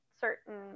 certain